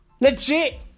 Legit